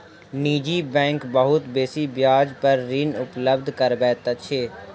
निजी बैंक बहुत बेसी ब्याज पर ऋण उपलब्ध करबैत अछि